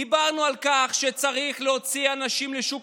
דיברנו על כך שצריך להוציא אנשים לשוק